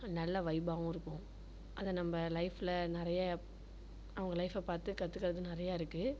நல்ல வைபாகவும் இருக்கும் அதை நம்ம லைஃப்பில் நிறைய அவங்க லைஃப்பை பார்த்து கற்றுக்குறது நிறைய இருக்குது